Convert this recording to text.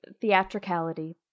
theatricality